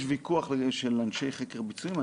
יש ויכוח של אנשי חקר ביצועים,